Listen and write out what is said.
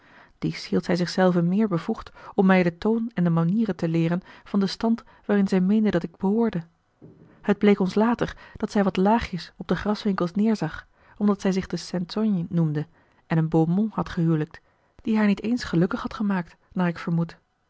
dies hield zij zich zelve meer bevoegd om mij den toon en de manieren te leeren van den stand waarin zij meende dat ik behoorde het bleek ons later dat zij wat laagjes op de graswinckels neêrzag omdat zij zich de saintonge noemde en een beaumont had gehijlikt die haar niet eens gelukkig had gemaakt naar ik vermoed